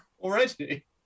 already